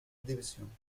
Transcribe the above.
division